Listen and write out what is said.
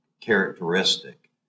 characteristic